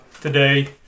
today